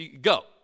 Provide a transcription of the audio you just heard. Go